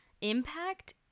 impact